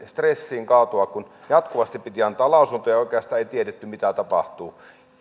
stressiin kaatua kun jatkuvasti piti antaa lausuntoja ja oikeastaan ei tiedetty mitä tapahtuu